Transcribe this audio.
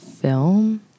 Film